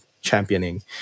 championing